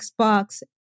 Xbox